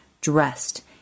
dressed